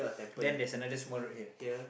then there's another small